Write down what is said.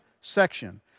section